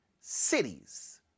cities